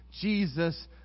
Jesus